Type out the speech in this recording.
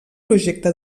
projecte